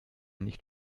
nicht